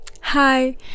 hi